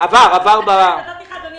אדוני